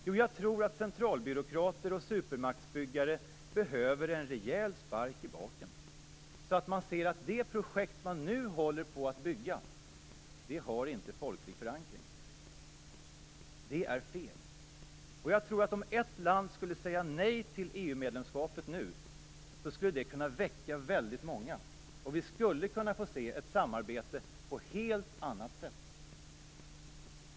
Jo, jag tror att centralbyråkrater och supermaktsbyggare behöver en rejäl spark i baken, så att de ser att det projekt de nu håller på att bygga inte har folklig förankring. Det är fel. Om ett land skulle säga nej till EU-medlemskapet nu skulle det väcka väldigt många. Vi skulle kunna få se ett samarbete på ett helt annat sätt.